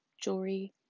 jewelry